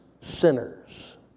sinners